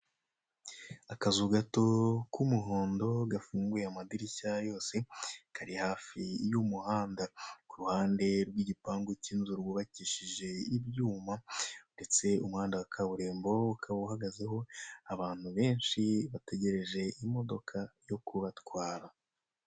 Akazu gato k'umuhondo gafunguye amadirishya yose, kari hafi y'umuhanda, ku ruhande rw'igipangu k'inzu rwubakishije ibyuma, ndetse umuhanda wa kaburimbo ukaba uhagazeho abantu benshi bategereje imodoka yo kubatwara.